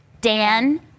Dan